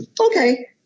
Okay